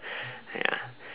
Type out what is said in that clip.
ya